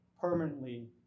permanently